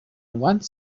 one